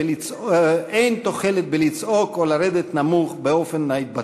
אין תוחלת בלצעוק או לרדת נמוך באופן ההתבטאות.